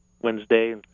Wednesday